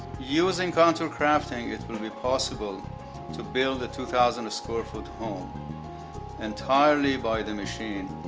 using contour crafting, it will be possible to build a two thousand square-foot home entirely by the machine,